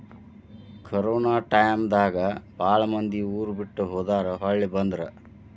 corona time ದಾಗ ಬಾಳ ಮಂದಿ ಊರ ಬಿಟ್ಟ ಹೊದಾರ ಹೊಳ್ಳಿ ಬಂದ್ರ